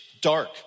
dark